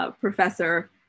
professor